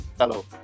hello